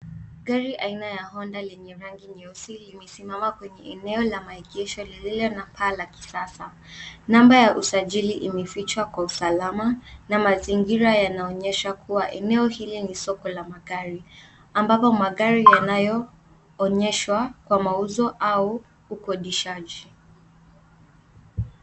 Gari haina ya honda yenye rangi nyeusi limesimama kwenye eneo ya maegeshoa lililo na paa la kisasa. Namba ya usajili imefichwa kwa usalama na mazingira yanaonyesha kuwa eneo hilo ni soko la magari ambapo magari yanayoonyeshwa kwa mauzo au ukodizaji.